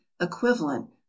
equivalent